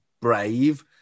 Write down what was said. brave